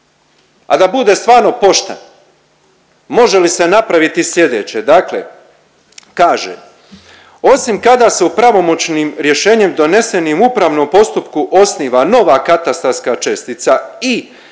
a da bude stvarno pošten. Može li se napraviti slijedeće? Dakle, kaže osim kada su pravomoćnim rješenjem donesenim u upravnom postupku osniva nova katastarska čestica i